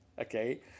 Okay